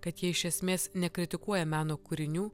kad jie iš esmės nekritikuoja meno kūrinių